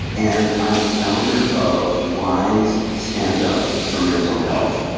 and i am the founder of wise stand up for mental health.